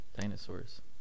Dinosaurs